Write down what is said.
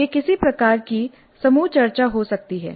यह किसी प्रकार की समूह चर्चा हो सकती है